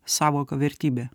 sąvoką vertybė